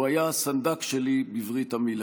הוא היה הסנדק שלי בברית המילה.